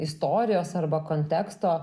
istorijos arba konteksto